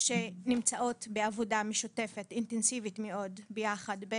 שנמצאות בעבודה משותפת אינטנסיבית מאוד ביחד,